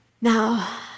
Now